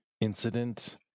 incident